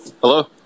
hello